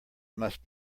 must